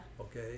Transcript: Okay